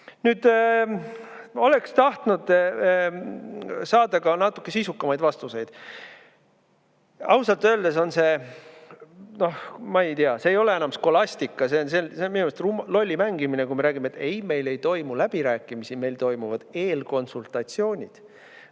tahtnud saada natuke sisukamaid vastuseid. Ausalt öeldes on see, ma ei tea, see ei ole enam skolastika, see on minu arust lolli mängimine, kui me räägime, et ei, meil ei toimu läbirääkimisi, meil toimuvad eelkonsultatsioonid.